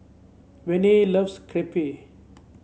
Vonnie loves Crepe